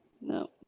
No